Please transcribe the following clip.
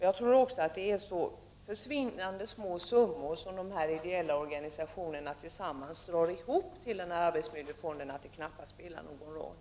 Jag tror också att det är så försvinnande små summor, som dessa ideella organisationer tillsammans drar ihop till arbetsmiljöfonden att det knappast spelar någon roll.